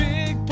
Big